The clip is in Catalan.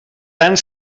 tant